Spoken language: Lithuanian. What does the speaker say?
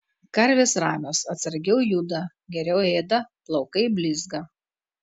karvės ramios atsargiau juda geriau ėda plaukai blizga